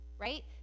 right